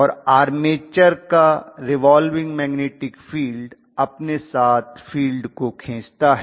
और आर्मेचर का revolving magnetic field अपने साथ फील्ड को खींचता है